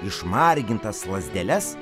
išmargintas lazdeles